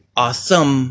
awesome